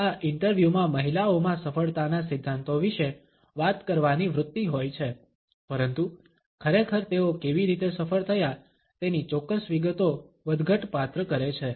આ ઇન્ટરવ્યુ માં મહિલાઓમાં સફળતાના સિદ્ધાંતો વિશે વાત કરવાની વૃત્તિ હોય છે પરંતુ ખરેખર તેઓ કેવી રીતે સફળ થયા તેની ચોક્કસ વિગતો વધઘટપાત્ર કરે છે